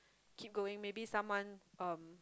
keep going maybe someone um